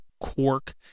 quark